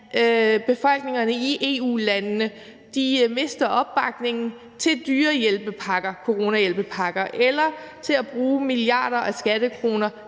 befolkningerne i EU-landene mister opbakningen til dyre hjælpepakker, coronahjælpepakker, eller til at bruge milliarder af skattekroner